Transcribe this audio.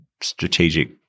strategic